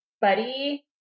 buddy